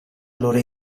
loro